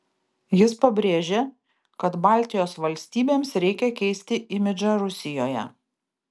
jis pabrėžė kad baltijos valstybėms reikia keisti imidžą rusijoje